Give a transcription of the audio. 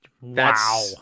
Wow